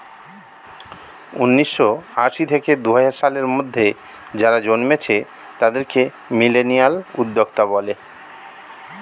উন্নিশো আশি থেকে দুহাজার সালের মধ্যে যারা জন্মেছে তাদেরকে মিলেনিয়াল উদ্যোক্তা বলে